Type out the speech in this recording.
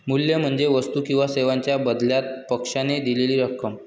मूल्य म्हणजे वस्तू किंवा सेवांच्या बदल्यात पक्षाने दिलेली रक्कम